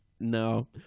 No